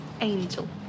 angel